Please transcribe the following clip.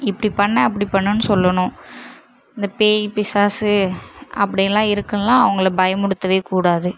இப்படி பண்ணு அப்படி பண்ணுன்னு சொல்லணும் இந்த பேய் பிசாசு அப்படின்லாம் இருக்குன்லாம் அவங்கள பயமுடுத்தவே கூடாது